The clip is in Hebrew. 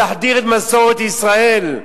להחדיר את מסורת ישראל,